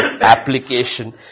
application